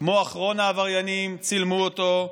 כמו אחרון העבריינים צילמו אותו,